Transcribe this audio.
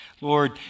Lord